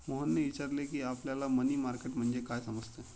मोहनने विचारले की, आपल्याला मनी मार्केट म्हणजे काय समजते?